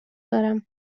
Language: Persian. دارم